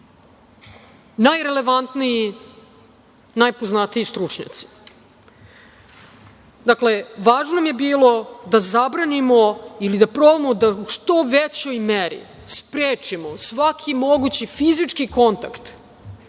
najrelevantniji, najpoznatiji stručnjaci. Dakle, važno nam je bilo da zabranimo ili da probamo da u što većoj meri sprečimo svaki mogući fizički kontakt